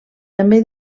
també